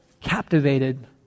captivated